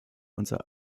unserer